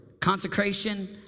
Consecration